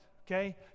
okay